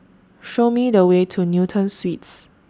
Show Me The Way to Newton Suites